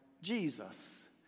Jesus